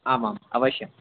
आमाम् अवश्यम्